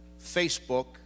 Facebook